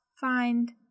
Find